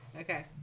Okay